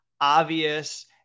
obvious